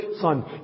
son